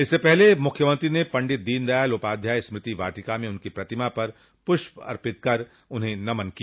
इससे पूर्व मुख्यमंत्री ने पंडित दीन दयाल उपाध्याय स्मृति वाटिका में उनकी प्रतिमा पर पुष्प अर्पित कर उन्हें नमन किया